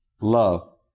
Love